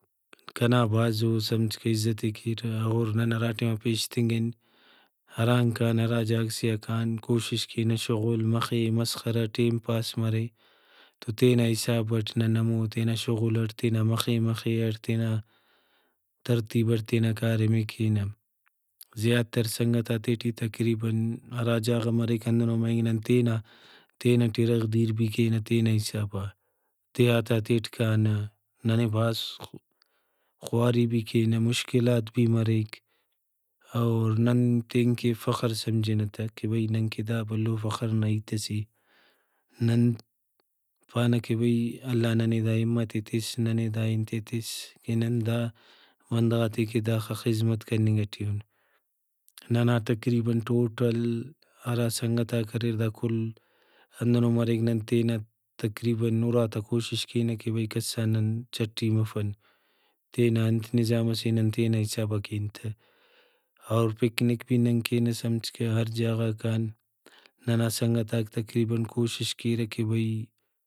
کنا بھاز او سمجھکہ عزتے کیرہ اور نن ہراٹائما پیشتنگن ہرانگ کان ہرا جاگہ سے آ کان کوشش کینہ شغل مخے مسخرہ ٹائم پاس مرے تو تینا حساب اٹ نن ہمو تینا شغل اٹ تینا مخے مخے اٹ تینا ترتیب اٹ تینا کاریمے کینہ۔ زیاترسنگتاتے ٹی تقریباً ہرا جاگہ مریک ہندنو مریک نن تینا تینٹ اِرغ دیر بھی کینہ تینا حسابا دیہاتاتیٹ کانہ ننے بھاز خواری بھی کینہ مشکلات بھی مریک اور نن تینکہ فخر سمجھنہ تہ کہ بھئی ننکہ دا بھلو فخر نا ہیت سے نن پانہ کہ بھئی اللہ ننے دا ہمتے تس ننے دا انتے تس نن ہم دا بندغاتیکہ داخہ خذمت کننگ ٹی اُن ننا تقریباً ٹوٹل ہرا سنگتاک اریر دا کل ہندنو مریک نن تینا تقریباً اُراتا کوشش کینہ کہ بھئی کسا نن چٹی مفن تینا انت نظام سے نن تینا حسابا کین تہ۔ اور پکنک بھی نن کینہ سمجھکہ ہر جاگہ غا کان ننا سنگتاک تقریباً کوشش کیرہ کہ بھئی